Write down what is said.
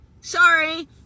Sorry